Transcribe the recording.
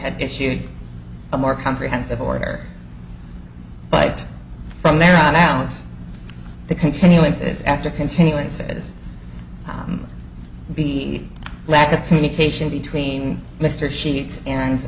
had issued a more comprehensive order but from there on alex the continuance is after continuance as be lack of communication between mr sheets and